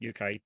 uk